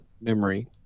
memory